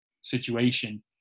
situation